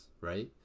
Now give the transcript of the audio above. right